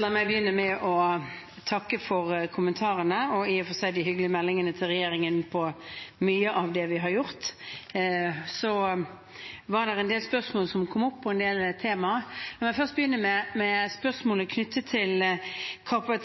La meg begynne med å takke for kommentarene og i og for seg de hyggelige meldingene til regjeringen på mye av det vi har gjort. Så var det en del spørsmål som kom opp på en del temaer. La meg først begynne med spørsmålet knyttet til